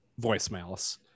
voicemails